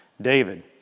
David